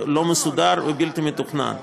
לא מסודר ובלתי מתוכנן,